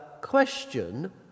question